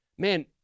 Man